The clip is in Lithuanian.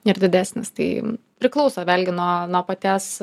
ir didesnis tai priklauso vėlgi nuo nuo paties